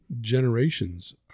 generations